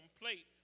plate